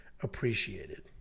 appreciated